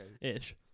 ish